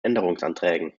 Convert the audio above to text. änderungsanträgen